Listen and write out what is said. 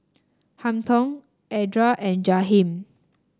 Hampton Edra and Jaheem